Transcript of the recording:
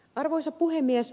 arvoisa puhemies